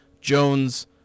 Jones